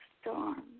storms